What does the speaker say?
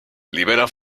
libera